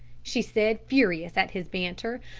she said, furious at his banter.